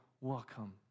welcome